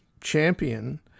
champion